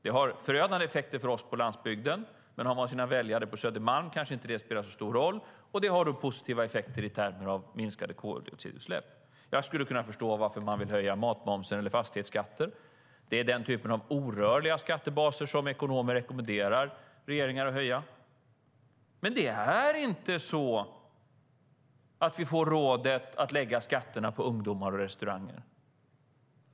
Det har förödande effekter för oss på landsbygden, men om man har sina väljare på Södermalm kanske det inte spelar så stor roll, och det har då positiva effekter i termer av minskade koldioxidutsläpp. Jag skulle kunna förstå varför man vill höja matmomsen eller fastighetsskatten. Det är den typen av orörliga skattebaser som ekonomer rekommenderar regeringar att höja. Men det är inte så att vi får rådet att lägga skatterna på ungdomar och restauranger.